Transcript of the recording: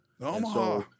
Omaha